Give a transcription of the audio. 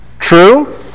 True